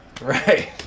Right